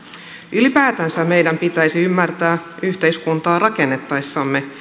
ylipäätänsä meidän pitäisi ymmärtää yhteiskuntaa rakentaessamme